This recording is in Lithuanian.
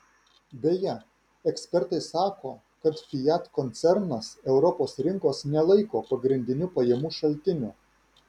beje ekspertai sako kad fiat koncernas europos rinkos nelaiko pagrindiniu pajamų šaltiniu